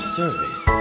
service